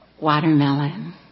watermelon